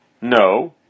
No